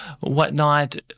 whatnot